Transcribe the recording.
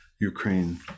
Ukraine